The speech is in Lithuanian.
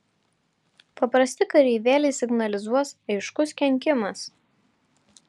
paprasti kareivėliai signalizuos aiškus kenkimas